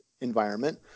environment